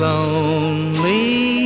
Lonely